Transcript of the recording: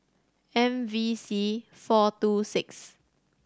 M V C four two six